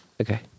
Okay